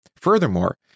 Furthermore